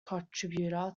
contributor